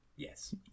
Yes